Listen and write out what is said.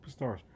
superstars